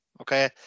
okay